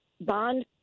bond